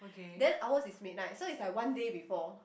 then ours is midnight so it's like one day before